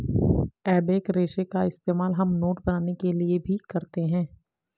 एबेक रेशे का इस्तेमाल हम नोट बनाने के लिए भी करते हैं